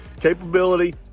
Capability